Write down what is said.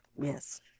Yes